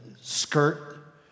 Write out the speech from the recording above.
skirt